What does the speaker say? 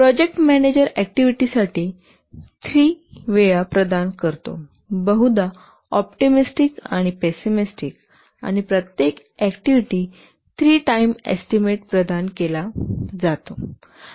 project manager ऍक्टिव्हिटीसाठी 3 वेळा प्रदान करतो बहुधा ऑप्टिमिस्टिक आणि पिस्सीमिस्टिक आणि प्रत्येक ऍक्टिव्हिटी 3 टाईम एस्टीमेट प्रदान केला जातो